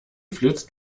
flitzt